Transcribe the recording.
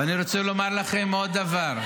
ואני רוצה לומר לכם עוד דבר.